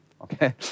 okay